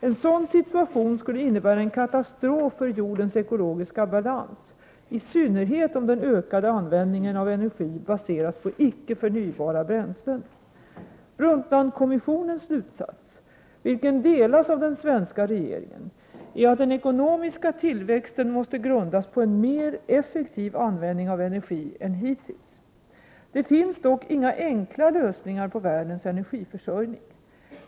En sådan situation skulle innebära en katastrof för jordens ekologiska balans, i synnerhet om den ökade användningen av energi baseras på icke förnybara bränslen. Brundtlandkommissionens slutsats — vilken delas av den svenska regeringen — är att den ekonomiska tillväxten måste grundas på en mer effektiv användning av energi än hittills. Det finns dock inga enkla lösningar på världens energiförsörjning.